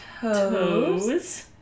toes